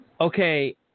Okay